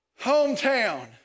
Hometown